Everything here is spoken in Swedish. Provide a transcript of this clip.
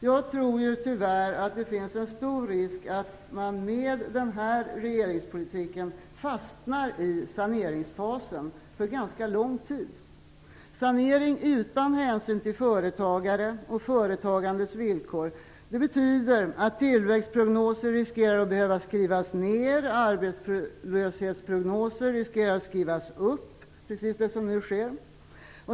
Jag tror ju tyvärr att det finns en stor risk för att man med nuvarande regeringspolitik fastnar i saneringsfasen för en ganska lång tid. Sanering utan hänsyn till företagare och företagandets villkor betyder att tillväxtprognoser riskerar att behöva skrivas ned och arbetslöshetsprognoser riskerar att skrivas upp, precis som nu sker.